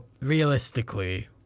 realistically